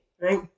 right